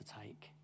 take